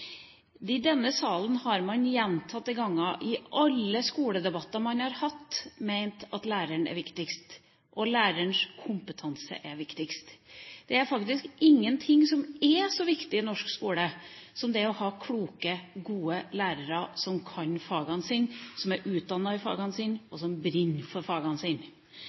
læreren og lærerens kompetanse er viktigst. Det er faktisk ingen ting som er så viktig i norsk skole som det å ha kloke, gode lærere som kan fagene sine, som er utdannet i fagene sine, og som brenner for fagene